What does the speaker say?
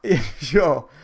Sure